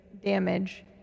damage